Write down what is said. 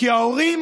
כי ההורים